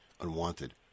Unwanted